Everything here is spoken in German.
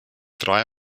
drei